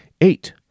Eight